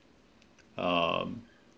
um